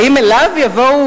האם אליו יבוא,